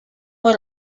were